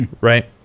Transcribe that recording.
right